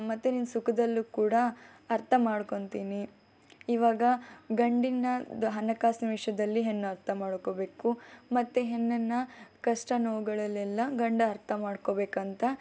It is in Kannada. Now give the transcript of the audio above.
ಮತ್ತೆ ನಿನ್ನ ಸುಖದಲ್ಲೂ ಕೂಡ ಅರ್ಥ ಮಾಡ್ಕೋತೀನಿ ಇವಾಗ ಗಂಡಿನ ಹಣಕಾಸಿನ ವಿಷಯದಲ್ಲಿ ಹೆಣ್ಣು ಅರ್ಥ ಮಾಡ್ಕೋಬೇಕು ಮತ್ತು ಹೆಣ್ಣನ್ನು ಕಷ್ಟ ನೋವುಗಳಲ್ಲೆಲ್ಲ ಗಂಡು ಅರ್ಥ ಮಾಡ್ಕೋಬೇಕಂತ